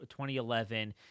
2011